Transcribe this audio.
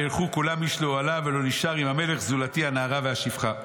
וילכו כולם איש לאוהליו ולא נשאר עם המלך זולתי הנערה והשפחה.